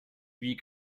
wie